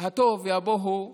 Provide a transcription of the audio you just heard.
התוהו ובוהו חוגג,